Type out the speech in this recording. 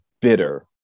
bitter